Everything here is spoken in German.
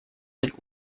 den